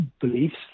beliefs